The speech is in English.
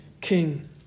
king